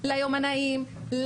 ליומנאים,